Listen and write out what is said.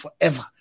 forever